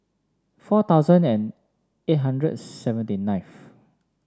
four thousand and eight hundred seventy ninth